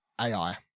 AI